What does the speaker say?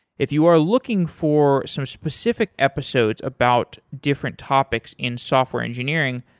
if you are looking for some specific episodes about different topics in software engineering,